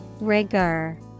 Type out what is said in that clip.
Rigor